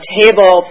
table